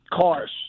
cars